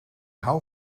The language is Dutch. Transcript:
hou